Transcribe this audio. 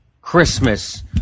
Christmas